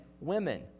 women